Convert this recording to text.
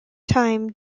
time